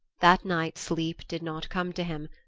that night sleep did not come to him,